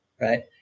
right